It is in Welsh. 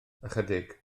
ychydig